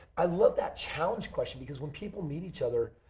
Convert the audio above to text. i love that challenge question because when people meet each other,